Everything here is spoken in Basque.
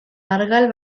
argal